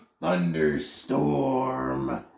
thunderstorm